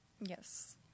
Yes